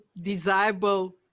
desirable